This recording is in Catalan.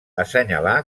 assenyalar